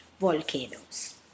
volcanoes